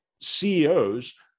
CEOs